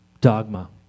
dogma